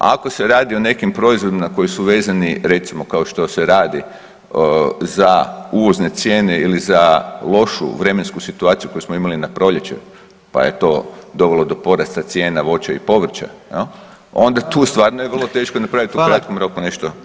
Ako se radi o nekim proizvodima koji su vezani recimo kao što se radi za uvozne cijene ili za lošu vremensku situaciju koju smo imali na proljeće pa je to dovelo do porasta cijena voća i povrća jel, onda tu stvarno je vrlo teško napravit u kratkom [[Upadica: Hvala.]] roku nešto.